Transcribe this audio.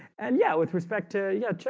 and yeah with respect to yeah,